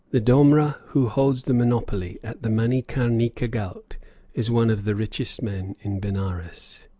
the domra who holds the monopoly at the manikarnika ghaut is one of the richest men in benares.